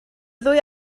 ddwy